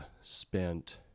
spent